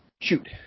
shoot